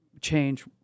change